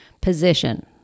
position